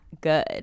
good